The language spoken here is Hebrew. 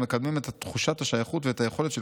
ומקדמים את תחושת השייכות ואת היכולת של